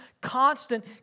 constant